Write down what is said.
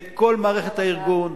את כל מערכת הארגון,